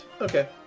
Okay